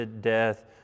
death